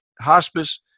hospice